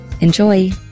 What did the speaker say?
Enjoy